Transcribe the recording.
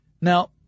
Now